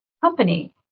company